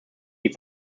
die